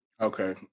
Okay